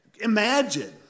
Imagine